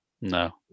No